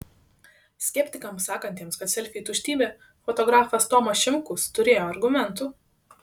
skeptikams sakantiems kad selfiai tuštybė fotografas tomas šimkus turėjo argumentų